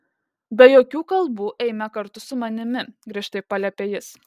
be jokių kalbų eime kartu su manimi griežtai paliepė jis